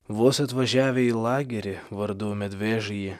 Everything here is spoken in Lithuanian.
vos atvažiavę į lagerį vardu medvežyj